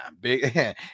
big